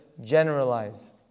generalize